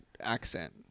accent